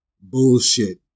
bullshit